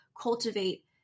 cultivate